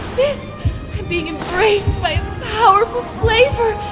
this? i'm being embraced by a powerful flavor.